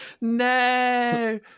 no